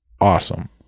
Awesome